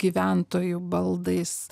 gyventojų baldais